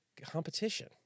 competition